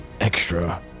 extra